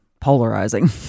polarizing